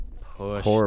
push